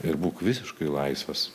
ir būk visiškai laisvas